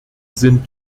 sind